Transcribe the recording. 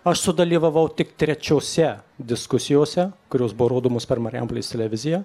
aš sudalyvavau tik trečiose diskusijose kurios buvo rodomos per marijampolės televiziją